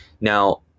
Now